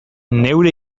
neure